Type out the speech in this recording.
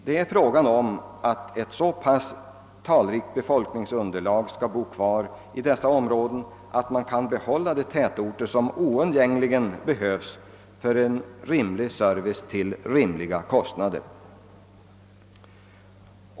Det gäller om ett så pass talrikt befolkningsunderlag kan bo kvar i dessa områden, att man kan behålla de tätorter som oundgängligen behövs för en rimlig service till skäliga kostnader.